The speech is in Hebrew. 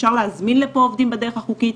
אפשר להזמין לפה עובדים בדרך החוקית,